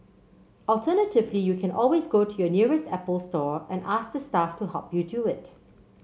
alternatively you can always go to your nearest Apple Store and ask the staff to help you do it